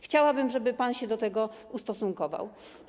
Chciałabym, żeby pan się do tego ustosunkował.